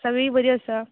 सगळीं बरी आसा